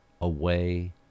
away